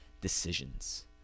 decisions